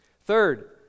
Third